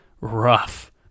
rough